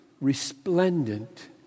resplendent